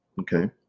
okay